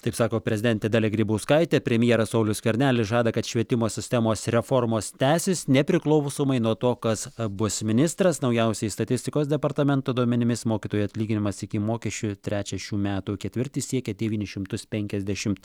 taip sako prezidentė dalia grybauskaitė premjeras saulius skvernelis žada kad švietimo sistemos reformos tęsis nepriklausomai nuo to kas bus ministras naujausiais statistikos departamento duomenimis mokytojų atlyginimas iki mokesčių trečią šių metų ketvirtį siekė devynis šimtus penkiasdešimt